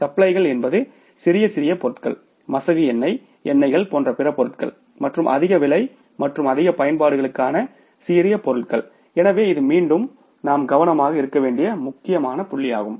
சப்ளைகள் என்பது சிறிய சிறிய பொருட்கள் மசகு எண்ணெய் எண்ணெய்கள் போன்ற பிற பொருட்கள் மற்றும் அதிக விலை மற்றும் அதிக பயன்பாடுகளுக்கான சிறிய பொருட்கள் எனவே இது மீண்டும் நாம் கவனமாக இருக்க வேண்டிய மிக முக்கியமான புள்ளியாகும்